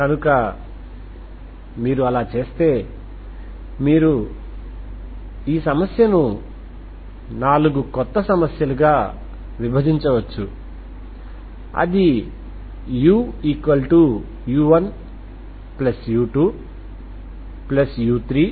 కాబట్టి మీరు Cartesian coordinates లో పనిచేస్తున్నప్పుడు మీరు ఎల్లప్పుడూ రెగ్యులర్ స్టర్మ్ లియోవిల్లే సమస్యను ఆశించవచ్చు